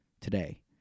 today